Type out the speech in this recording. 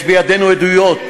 יש בידינו עדויות,